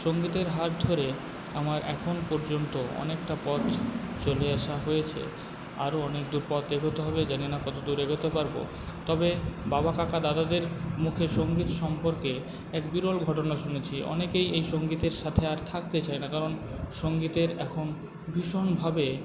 সংগীতের হাত ধরে আমার এখন পর্যন্ত অনেকটা পথ চলে আসা হয়েছে আরো অনেক দূর পথ এগোতে হবে জানি না কতদূর এগোতে পারবো তবে বাবা কাকা দাদাদের মুখে সংগীত সম্পর্কে এক বিরল ঘটনা শুনেছি অনেকেই এই সংগীতের সাথে আর থাকতে চায় না কারণ সংগীতের এখন ভীষণভাবে